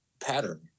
pattern